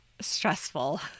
stressful